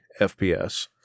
FPS